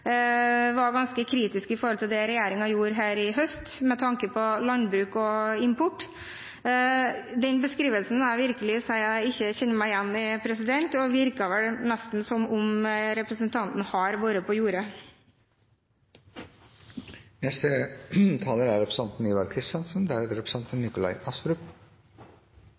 var ganske kritisk til det regjeringen gjorde i høst med tanke på landbruk og import. Den beskrivelsen må jeg virkelig si jeg ikke kjenner meg igjen i. Det virker nesten som om representanten har vært på jordet. Det er